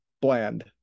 bland